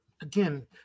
again